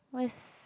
what's